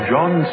John